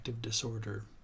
Disorder